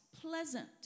pleasant